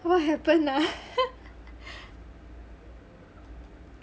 what happen ah